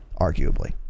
arguably